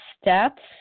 steps